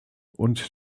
und